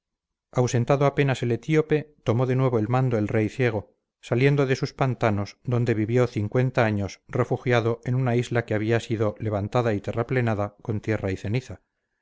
ausentado apenas el etíope tomó de nuevo el mando el rey ciego saliendo de sus pantanos donde vivió cincuenta años refugiado en una isla que había ido levantando y terraplenando con tierra y ceniza